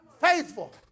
Faithful